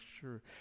sure